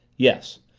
yes.